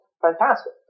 fantastic